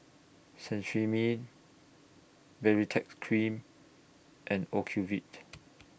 Cetrimide Baritex Cream and Ocuvite